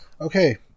Okay